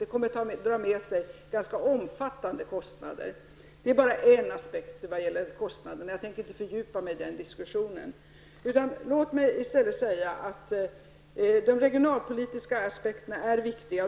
Det kommer att dra med sig ganska omfattande kostnader. Detta är bara en aspekt när det gäller kostnaderna. Jag tänker inte fördjupa mig i den diskussionen. Låt mig i stället säga att de regionalpolitiska aspekterna är viktiga.